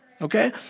okay